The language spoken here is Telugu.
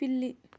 పిల్లి